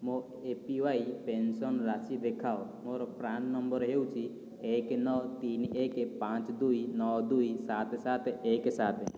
ମୋ A P Y pension ରାଶି ଦେଖାଅ ମୋର ପ୍ରାନ୍ ନମ୍ବର୍ ହେଉଛି ଏକ ନଅ ତିନି ଏକ ପାଞ୍ଚ ଦୁଇ ନଅ ଦୁଇ ସାତ ସାତ ଏକ ସାତ